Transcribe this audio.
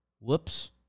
Whoops